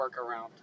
workaround